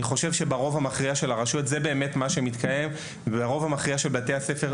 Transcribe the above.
אני חושב שזה מה שמתקיים ברוב המכריע של הרשויות ושל בתי הספר.